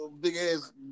Big-ass